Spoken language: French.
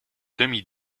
demi